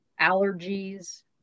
allergies